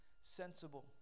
sensible